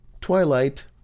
Twilight